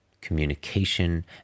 communication